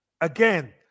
again